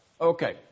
Okay